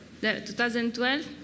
2012